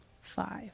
Five